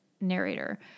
narrator